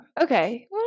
Okay